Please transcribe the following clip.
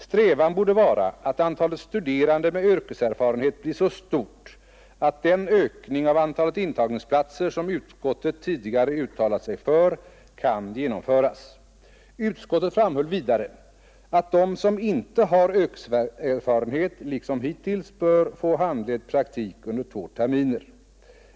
Strävan borde vara att antalet studerande med yrkeserfarenhet blir så stort att den ökning av antalet intagningsplatser som utskottet tidigare uttalat sig för kan genomföras. Utskottet framhöll vidare att de som inte har yrkeserfarenhet liksom hittills bör få handledd praktik under två terminer.